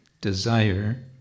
desire